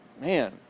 man